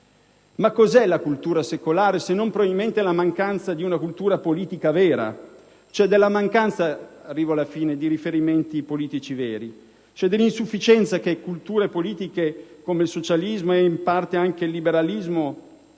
ma cos'è la cultura secolare se non, probabilmente, la mancanza di una cultura politica vera, di riferimenti politici veri, l'insufficienza che culture politiche come il socialismo e in parte anche il liberalismo